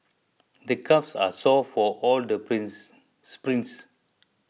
the calves are sore from all the prints sprints